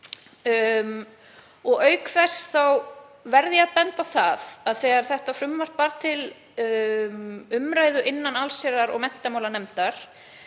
og auk þess verð ég að benda á að þegar þetta frumvarp var til umræðu í allsherjar- og menntamálanefnd